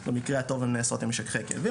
במקרה הטוב הן נעשות עם משככי כאבים,